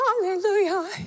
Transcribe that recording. Hallelujah